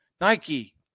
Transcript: Nike